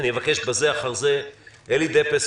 אני מבקש לשמוע בזה אחר את זה אלי דפס,